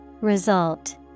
Result